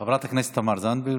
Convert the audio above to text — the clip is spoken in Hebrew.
חברת הכנסת תמר זנדברג,